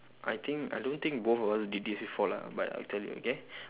I think I don't think both of us did this before lah but I tell you okay